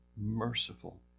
merciful